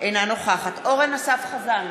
אינה נוכחת אורן אסף חזן,